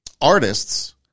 artists